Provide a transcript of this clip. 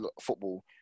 football